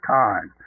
time